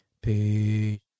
Peace